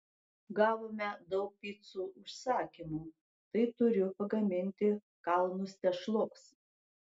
gavome daug picų užsakymų tai turiu pagaminti kalnus tešlos